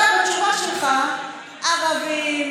אתה בתשובה שלך: ערבים,